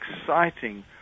exciting